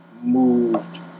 moved